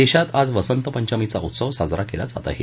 देशभरात आज वसंतपंचमीचा उत्सव साजरा केला जात आहे